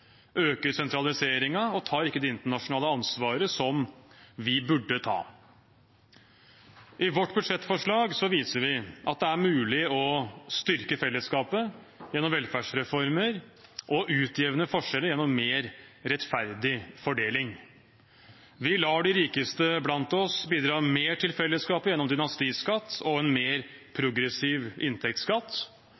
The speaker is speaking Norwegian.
øker sentraliseringen og tar ikke det internasjonale ansvaret som vi burde ta. I vårt budsjettforslag viser vi at det er mulig å styrke fellesskapet gjennom velferdsreformer og utjevne forskjeller gjennom mer rettferdig fordeling. Vi lar de rikeste blant oss bidra mer til fellesskapet gjennom dynastiskatt og en mer